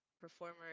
performer